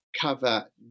cover